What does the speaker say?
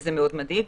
וזה מאוד מדאיג.